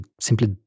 simply